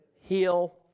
heal